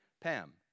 Pam